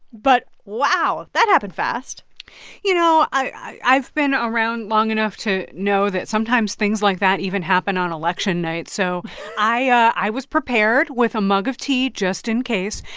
but, wow, that happened fast you know, i've been around long enough to know that, sometimes, things like that even happen on election night. so i was prepared with a mug of tea just in case.